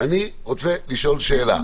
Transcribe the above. אני רוצה לשאול שאלה: